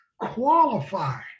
qualify